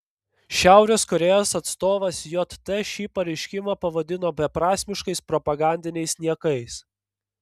šiaurės korėjos atstovas jt šį pareiškimą pavadino beprasmiškais propagandiniais niekais